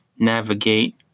navigate